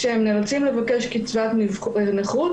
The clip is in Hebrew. כשהם נאלצים לבקש קצבת נכות,